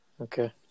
okay